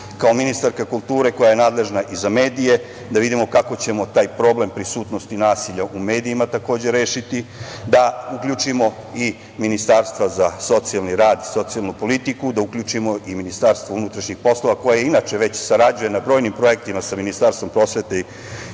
kao ministarka kulture koja je nadležna i za medije, da vidimo kako ćemo taj problem prisutnosti nasilja u medijima takođe rešiti, da uključimo i Ministarstva za socijalni rad i socijalnu politiku, da uključimo i MUP, koje inače već sarađuje na brojnim projektima sa Ministarstvom prosvete i